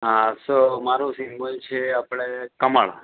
હા સો મારો સિમ્બોલ છે આપણે કમળ